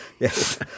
yes